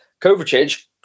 Kovacic